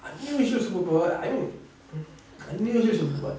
unusual superpower I mean unusual superpower got what